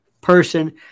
person